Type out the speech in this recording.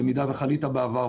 במידה וחלית בעבר,